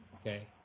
Okay